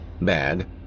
Bad